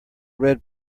red